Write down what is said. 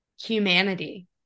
humanity